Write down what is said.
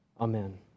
Amen